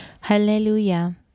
Hallelujah